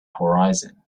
horizon